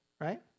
right